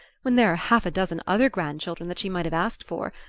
when there are half a dozen other grandchildren that she might have asked for.